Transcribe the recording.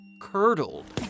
curdled